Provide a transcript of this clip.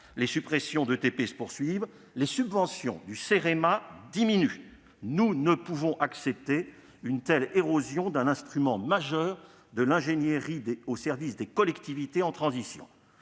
les suppressions d'ETP se poursuivent. Les subventions du Cerema diminuent. Nous ne pouvons accepter une telle érosion d'un instrument majeur de l'ingénierie au service des collectivités en transition.